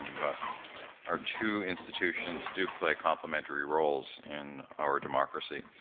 um but our two institutions do play complementary roles in our democracy.